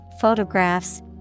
photographs